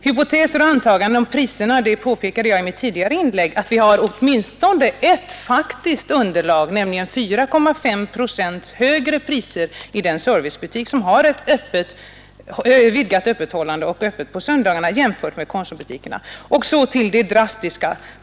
Jag nämnde också i mitt tidigare inlägg att vad beträffar hypoteser och antaganden om priserna så har vi åtminstone ett faktiskt underlag, nämligen att priserna, jämfört med Konsumoch ICA-butikernas, ligger 4,5 procent högre i den servicebutik som har vidgat öppethållande och öppet på söndagarna i en av Stockholms nyare förorter.